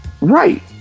Right